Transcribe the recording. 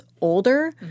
older